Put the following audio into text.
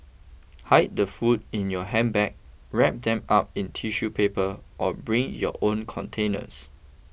hide the food in your handbag wrap them up in tissue paper or bring your own containers